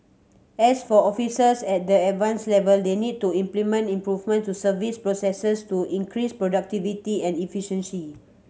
as for officers at the Advanced level they need to implement improvements to service processes to increase productivity and efficiency